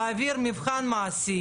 התלוננו על איכות השחיטה.